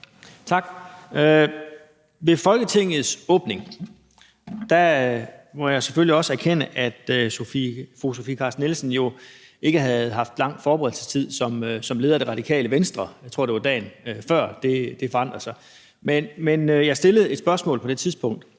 Tak. Ved Folketingets åbning måtte jeg selvfølgelig også erkende, at fru Sofie Carsten Nielsen jo ikke havde haft lang forberedelsestid som leder af Radikale Venstre – det var dagen før, det forandrede sig, tror jeg. Men jeg stillede et spørgsmål på det tidspunkt,